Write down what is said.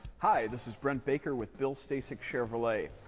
hi, this is brent baker with bill stasek chevrolet.